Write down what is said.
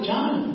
John